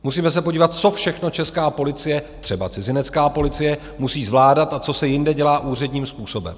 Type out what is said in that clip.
Musíme se podívat, co všechno česká policie, třeba cizinecká policie, musí zvládat a co se jinde dělá úředním způsobem.